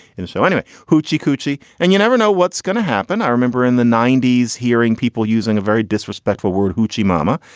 and so anyway, hoochie coochie and you never know what's going to happen. i remember in the ninety s hearing people using a very disrespectful word, hoochie mama,